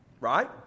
right